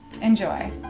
Enjoy